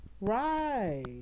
Right